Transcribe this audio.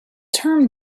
term